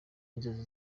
inzozi